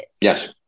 Yes